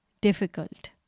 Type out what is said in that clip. difficult